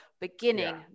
beginning